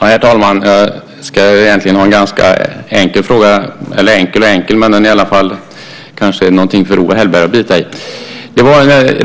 Herr talman! Jag har egentligen en ganska enkel fråga - eller enkel och enkel - men den är i alla fall kanske något för Owe Hellberg att bita i. Jag